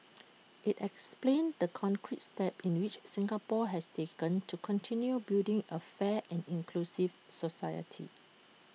IT explains the concrete steps in which Singapore has taken to continue building A fair and inclusive society